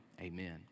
Amen